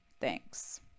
Thanks